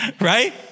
right